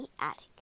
attic